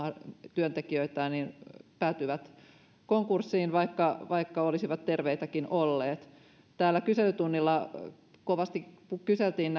työntekijöitään päätyy konkurssiin vaikka vaikka olisivat terveitäkin olleet täällä kyselytunnilla kovasti kyseltiin